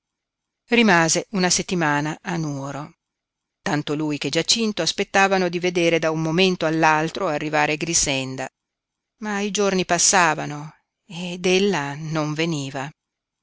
rimase una settimana a nuoro tanto lui che giacinto aspettavano di vedere da un momento all'altro arrivare grixenda ma i giorni passavano ed ella non veniva